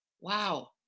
Wow